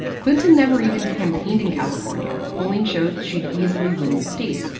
clinton never even campaigned in california. polling showed she'd easily win the state.